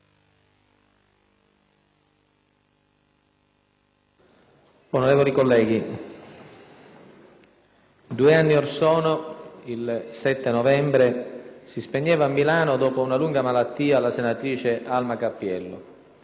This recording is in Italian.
Onorevoli colleghi, due anni or sono, il 7 novembre, si spegneva a Milano, dopo una lunga malattia, la senatrice Alma Cappiello.